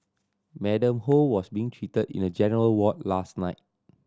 Madam Ho was being treated in a general ward last night